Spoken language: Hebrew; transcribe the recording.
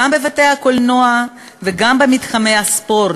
גם בבתי-הקולנוע וגם במתחמי הספורט,